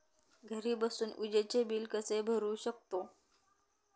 घरी बसून विजेचे बिल कसे भरू शकतो?